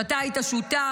שאתה היית שותף,